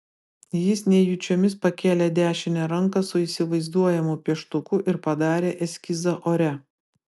jis nejučiomis pakėlė dešinę ranką su įsivaizduojamu pieštuku ir padarė eskizą ore